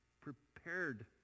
prepared